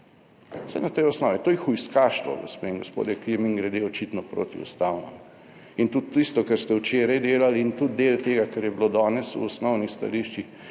vsaj na tej osnovi. To je hujskaštvo, gospe in gospodje, ki je mimogrede očitno protiustavno. Tudi tisto, kar ste včeraj delali in tudi del tega kar je bilo danes v osnovnih stališčih,